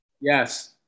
Yes